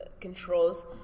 controls